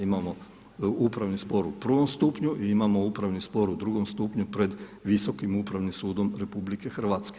Imamo upravni spor u prvom stupnju i imamo upravni spor u drugom stupnju pred Visokim upravnim sudom RH.